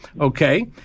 okay